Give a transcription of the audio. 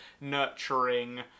nurturing